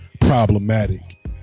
problematic